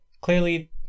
clearly